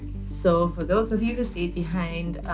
so for those of you who stayed behind,